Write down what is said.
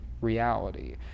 reality